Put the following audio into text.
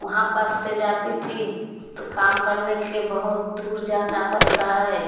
वहाँ बस से जाती थी तो काम करने के लिए बहुत दूर जाना पड़ता है